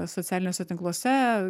socialiniuose tinkluose